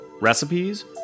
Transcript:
recipes